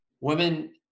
women